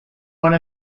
one